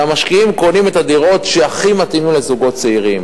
והמשקיעים קונים את הדירות שהכי מתאימות לזוגים צעירים.